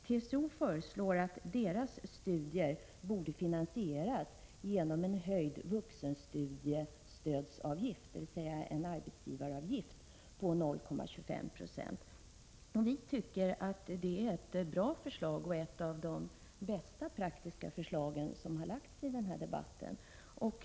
TCO föreslår att dessa vuxenstuderandes studier skulle finansieras genom en höjd vuxenstudiestödsavgift, dvs. en arbetsgivaravgift, på 0,25 Jo. Vi tycker att det är ett bra förslag, ett av de bästa praktiska förslag som förts fram i den här debatten.